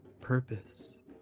purpose